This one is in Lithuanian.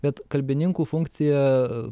bet kalbininkų funkcija